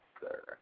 sir